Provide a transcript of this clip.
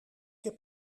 heb